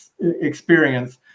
experience